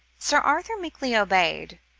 sir arthur meekly obeyed,